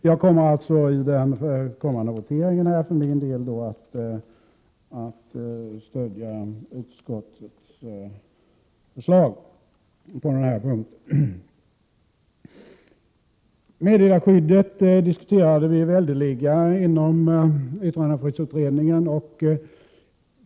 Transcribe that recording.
Jag kommer för min del att i den kommande voteringen stödja utskottets förslag på den här punkten. Meddelarskyddet diskuterade vi väldeliga inom yttrandefrihetsutredningen.